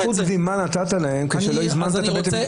אבל איזו זכות קדימה נתת להם כשלא הזמנת את --- אז אני רוצה,